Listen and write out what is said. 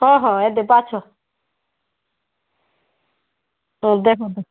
ହଁ ହଁ ଏବେ ବାଛ ହଁ ଦେଖୁନ୍